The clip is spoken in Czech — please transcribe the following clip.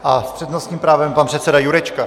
A s přednostním právem pan předseda Jurečka.